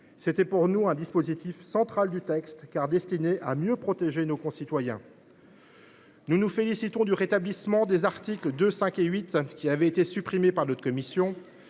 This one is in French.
C’était pour nous un dispositif central du texte, destiné à mieux protéger nos concitoyens. Nous nous félicitons du rétablissement des articles 2, 5 et 8, qui avaient été supprimés par la commission,